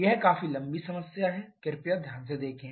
यह काफी लंबी समस्या है कृपया ध्यान से देखेें